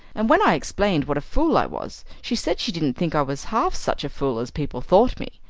and when i explained what a fool i was, she said she didn't think i was half such a fool as people thought me.